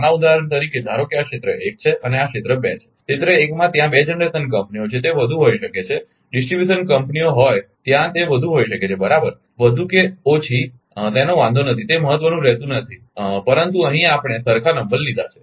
નાના ઉદાહરણ તરીકે ધારો કે આ ક્ષેત્ર 1 છે અને આ ક્ષેત્ર 2 છે ક્ષેત્ર 1 માં ત્યાં બે જનરેશન કંપનીઓ છે તે વધુ હોઈ શકે છે ડિસ્ટ્રીબ્યુશન કંપનીઓ હોય ત્યાં તે વધુ હોઈ શકે છે બરાબર વધુ કે ઓછી તેનો વાંધો નથી તે મહત્વનું રહેતું નથી પરંતુ અહીં આપણે સરખા નંબર લીધા છે